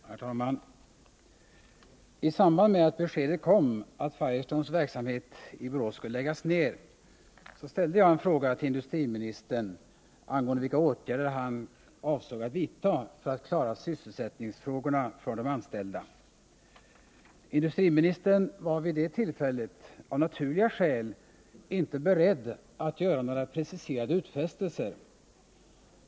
Herr talman! I samband med att beskedet kom att Firestones verksamhet i Borås skulle läggas ned ställde jag en fråga till industriministern angående vilka åtgärder han avsåg att vidta för att klara sysselsättningsfrågorna för de anställda. Industriministern var vid svarstillfället av naturliga skäl inte beredd att göra några preciserade utfästelser.